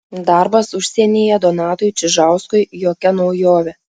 darbas užsienyje donatui čižauskui jokia naujovė